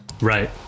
Right